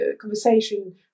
conversation